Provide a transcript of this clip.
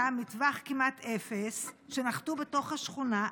מטווח כמעט אפס שנחתו בתוך השכונה.